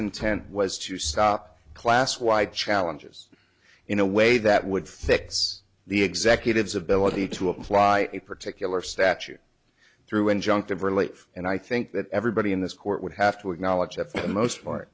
intent was to stop class wide challenges in a way that would fix the executives ability to apply a particular statute through injunctive relief and i think that everybody in this court would have to acknowledge that for the most part